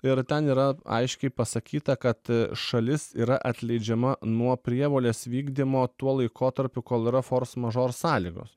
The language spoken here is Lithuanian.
ir ten yra aiškiai pasakyta kad šalis yra atleidžiama nuo prievolės vykdymo tuo laikotarpiu kol yra fors mažor sąlygos